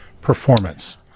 Performance